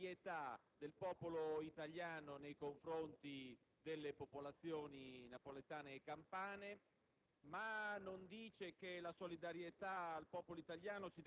lacunosa e chiede la solidarietà del popolo italiano nei confronti delle popolazioni napoletane e campane,